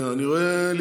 מס'